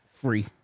Free